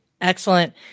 Excellent